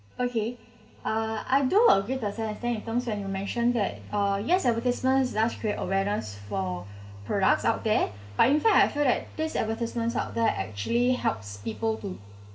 okay uh I do agree the certain stance in terms when you mentioned that uh yes advertisements does create awareness for products out there but in fact I feel that these advertisements out there actually helps people to